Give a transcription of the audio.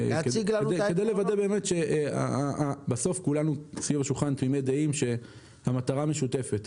סביב השולחן כולנו תמימי דעים שהמטרה משותפת.